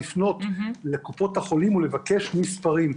לפנות לקופות החולים ולבקש מספרים,